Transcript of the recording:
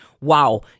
wow